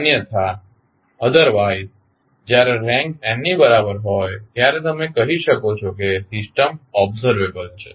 અન્યથા જ્યારે rank n ની બરાબર હોય ત્યારે તમે કહી શકો છો કે સિસ્ટમ ઓબ્ઝર્વેબલ છે